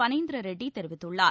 பளீந்திர ரெட்டி தெரிவித்துள்ளார்